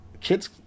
kids